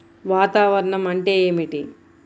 వాతావరణం అంటే ఏమిటి?